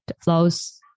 flows